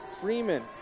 Freeman